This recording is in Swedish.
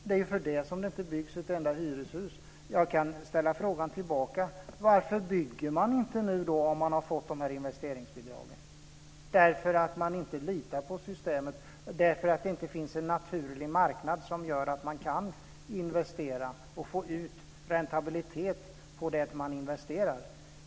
Det är därför som det inte byggs ett enda hyreshus. Jag kan ställa frågan tillbaka: Varför bygger man inte om man nu har fått de här investeringsbidragen? Jo, det beror på att man inte litar på systemet, därför att det inte finns en naturlig marknad som gör att man kan investera och få räntabilitet på det man investerar.